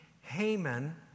Haman